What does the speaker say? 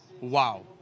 Wow